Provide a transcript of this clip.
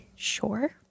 sure